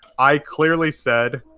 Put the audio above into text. i clearly said,